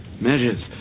Measures